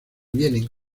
vienen